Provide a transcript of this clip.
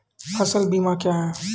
फसल बीमा क्या हैं?